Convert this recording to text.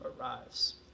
arrives